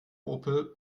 opel